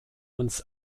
uns